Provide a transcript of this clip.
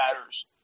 matters